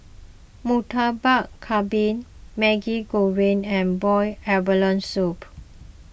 Murtabak Kambing Maggi Goreng and Boiled Abalone Soup